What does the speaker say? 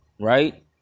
right